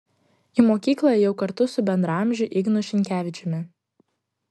į mokykla ėjau kartu su bendraamžiu ignu šinkevičiumi